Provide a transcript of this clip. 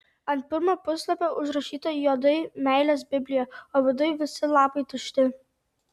ant pirmo puslapio užrašyta juodai meilės biblija o viduj visi lapai tušti